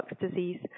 Disease